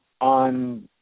on